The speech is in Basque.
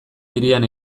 hirian